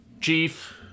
Chief